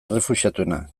errefuxiatuena